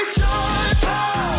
joyful